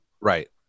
Right